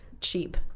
cheap